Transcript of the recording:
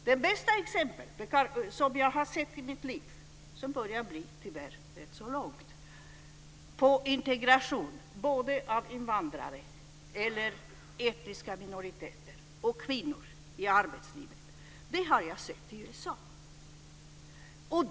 Det bästa exempel jag har sett i mitt liv, som tyvärr börjar bli rätt långt, på integration både av invandrare eller etniska minoriteter och av kvinnor i arbetslivet har jag sett i USA.